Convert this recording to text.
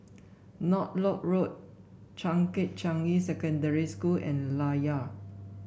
Northolt Road Changkat Changi Secondary School and Layar